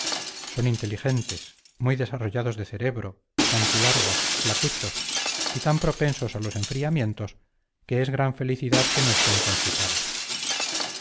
son inteligentes muy desarrollados de cerebro zanquilargos flacuchos y tan propensos a los enfriamientos que es gran felicidad que no estén constipados